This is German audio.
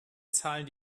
zahlen